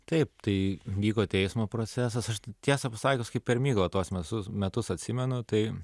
taip tai vyko teismo procesas aš tiesą pasakius kaip per miglą tuos mesus metus atsimenu tai